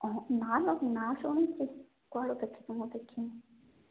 ହଁ ନାଲୋ ନାଁ ଶୁଣିଛି କୁଆଡ଼େ ଦେଖିଛି ମୁଁ ଦେଖିନି